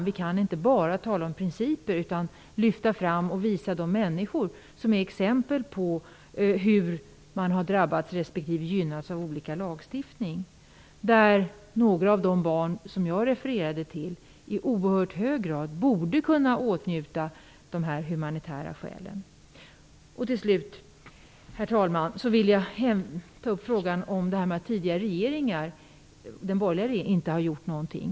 Vi kan inte bara tala om principer, utan vi måste lyfta fram de människor som drabbats respektive gynnats av olika lagstiftning. Några av de barn som jag refererade till borde i oerhört hög grad ha fått åtnjuta detta med humanitära skäl. Till slut, herr talman, vill jag ta upp frågan om vad tidigare regeringar gjort - att den borgerliga regeringen inte gjorde någonting.